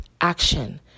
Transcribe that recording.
action